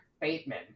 Bateman